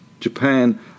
Japan